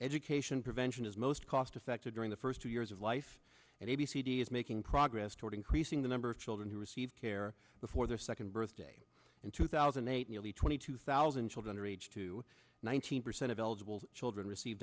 education prevention is most cost effective during the first two years of life and a b c d is making progress toward increasing the number of children who receive care before their second birthday in two thousand and eight nearly twenty two thousand children are aged to one hundred percent of eligible children receive